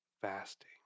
fasting